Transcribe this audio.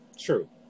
True